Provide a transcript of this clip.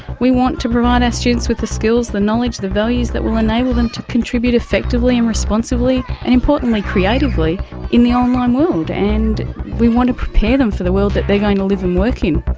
we want to provide our students with the skills, the knowledge, the values that will enable them to contribute effectively and responsibly and, importantly, creatively in the online world. and we want to prepare them for the world that they're going to live and work